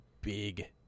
big